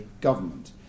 government